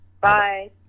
Bye